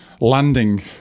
landing